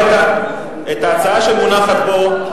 ההצעה שמונחת פה,